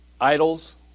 idols